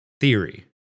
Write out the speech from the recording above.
theory